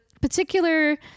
particular